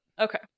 Okay